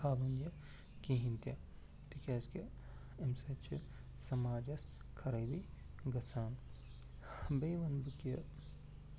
کھالُن یہِ کِہیٖنۍ تہِ تِکیٛازِ کہ أمۍ سۭتۍ چھِ سماجَس خرٲبی گژھان بیٚیہِ وَنہٕ بہٕ کہ